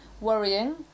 worrying